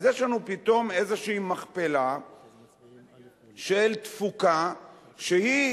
1. אז יש לנו פתאום איזושהי מכפלה של תפוקה שהיא